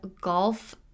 golf